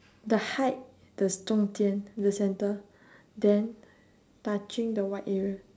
the height the student the center then touching the white area